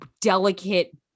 delicate